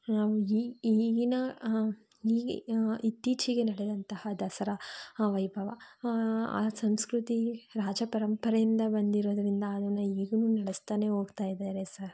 ಈಗಿನ ಇತ್ತೀಚೆಗೆ ನಡೆದಂತಹ ದಸರಾ ವೈಭವ ಆ ಸಂಸ್ಕೃತಿ ರಾಜ ಪರಂಪರೆಯಿಂದ ಬಂದಿರೋದ್ರಿಂದ ಅದನ್ನು ಈಗಲೂ ನಡೆಸ್ತಾನೆ ಹೋಗ್ತಾ ಇದ್ದಾರೆ ಸಹ